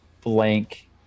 blank